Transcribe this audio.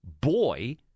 boy